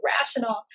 rational